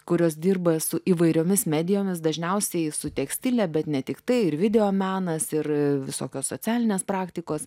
kurios dirba su įvairiomis medijomis dažniausiai su tekstile bet ne tiktai ir videomenas ir visokios socialinės praktikos